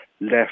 left